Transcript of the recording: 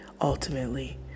ultimately